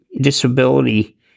disability